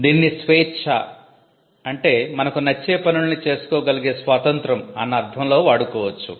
దీన్ని స్వేచ్ఛ మనకు నచ్చే పనుల్ని చేసుకోగలిగే స్వాతంత్రం అన్న అర్ధంలో వాడుకోవచ్చు